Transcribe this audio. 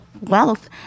wealth